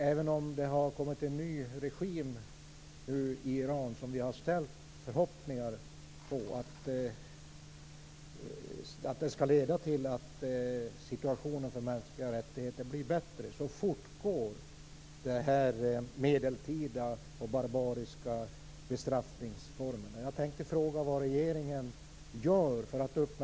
Även om det nu är en ny regim i Iran och vi har förhoppningar om att det skall leda till att situationen för mänskliga rättigheter blir bättre, fortgår nämnda medeltida och barbariska bestraffningsform.